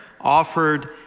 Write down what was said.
offered